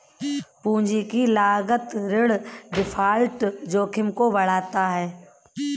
पूंजी की लागत ऋण डिफ़ॉल्ट जोखिम को बढ़ाता है